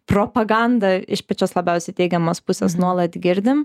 propagandą iš pačios labiausiai teigiamos pusės nuolat girdim